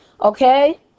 okay